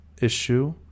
issue